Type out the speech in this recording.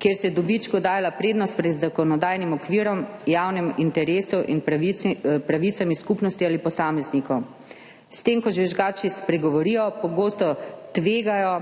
kjer se je dobičku dajala prednost pred zakonodajnim okvirom, javnim interesom in pravicami skupnosti ali posameznikov. S tem, ko žvižgači spregovorijo, pogosto tvegajo